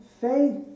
faith